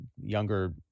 younger